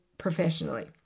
professionally